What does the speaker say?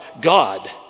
God